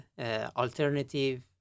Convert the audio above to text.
alternative